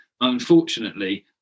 Unfortunately